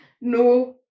No